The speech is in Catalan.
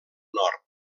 nord